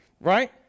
Right